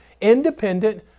independent